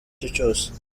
cyose